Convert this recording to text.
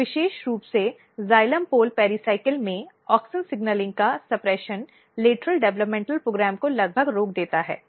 तो विशेष रूप से जाइलम पोल पेरिकल्स में ऑक्सिन सिग्नलिंग का दमन लेटरल विकासात्मक कार्यक्रम को लगभग रोक देता है